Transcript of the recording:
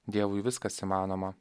dievui viskas įmanoma